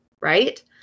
right